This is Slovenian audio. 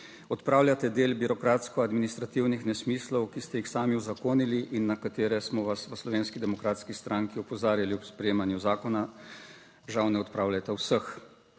Odpravljate del birokratsko-administrativnih nesmislov, ki ste jih sami uzakonili in na katere smo vas v Slovenski demokratski stranki opozarjali ob sprejemanju zakona. Žal ne odpravljate vseh.